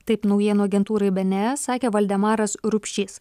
taip naujienų agentūrai bns sakė valdemaras rupšys